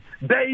baby